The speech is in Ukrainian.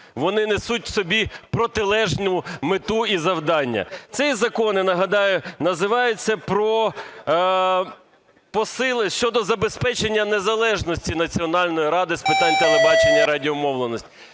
вони несуть в собі протилежну мету і завдання. Цей закон, я нагадаю, називається – щодо забезпечення незалежності Національної Ради з питань телебачення і радіомовлення.